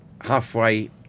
halfway